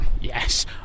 yes